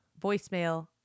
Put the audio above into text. Voicemail